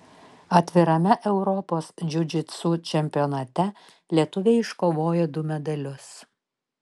atvirame europos džiudžitsu čempionate lietuviai iškovojo du medalius